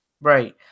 Right